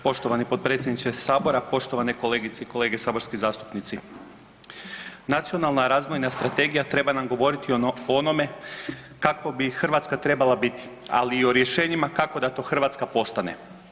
Poštovani potpredsjedniče sabora, poštovane kolegice i kolege saborski zastupnici, nacionalna razvojna strategija treba nam govoriti o onome kakvo bi Hrvatska trebala biti, ali i o rješenjima kako da to Hrvatska postane.